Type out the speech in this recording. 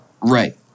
Right